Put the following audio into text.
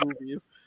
movies